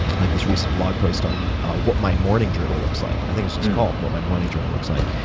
like this recent blog post on what my morning journal looks like. and i think it's just called what my morning journal looks like,